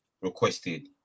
requested